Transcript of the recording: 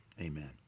amen